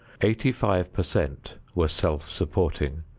eighty-five per cent were self-supporting,